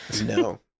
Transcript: No